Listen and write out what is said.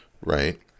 Right